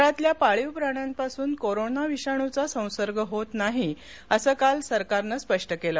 घरातल्या पाळीव प्राण्यांपासून कोरोना विषाणूचा संसर्ग होत नाही असं आज सरकारनं स्पष्ट केलं